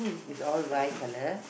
it's all bright colour